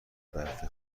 برف